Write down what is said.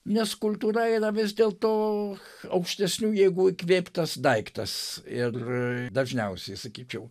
nes kultūra yra vis dėlto aukštesnių jėgų įkvėptas daiktas ir dažniausiai sakyčiau